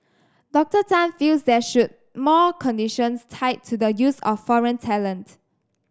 Dr Tan feels there should more conditions tied to the use of foreign talent